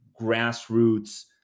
grassroots